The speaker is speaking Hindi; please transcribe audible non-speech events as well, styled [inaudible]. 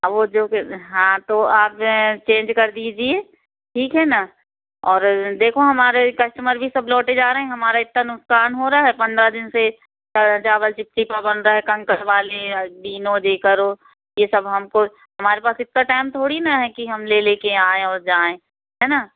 अब वो जो भी हाँ तो आप चेंज कर दीजिए ठीक है ना और देखो हमारे कस्टमर भी सब लौटे जा रहे हैं हमारा इतना नुक़सान हो रहा है पंद्रह दिन से चावल चिपचिपा बन रा है कंकर वाले [unintelligible] दे कर वो ये सब हमको हमारे पास इतना टाइम थोड़ी ना है कि हम ले ले कर आएँ और जाएँ है ना